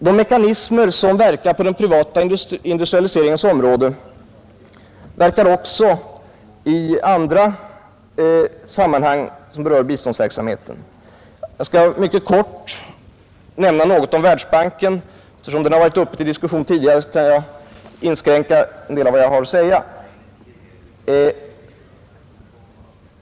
De mekanismer som verkar på den privata industrialiseringens område verkar också i andra sammanhang som rör biståndsverksamheten. Jag skall mycket kort nämna något om Världsbanken — eftersom den har varit uppe till diskussion tidigare kan jag inskränka mig till en del av vad jag har att säga om den.